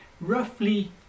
roughly